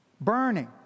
burning